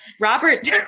Robert